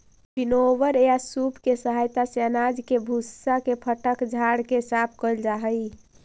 winnower या सूप के सहायता से अनाज के भूसा के फटक झाड़ के साफ कैल जा हई